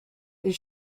ils